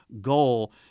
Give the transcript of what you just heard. goal